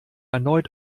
erneut